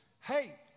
Hey